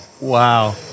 Wow